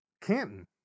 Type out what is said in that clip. Canton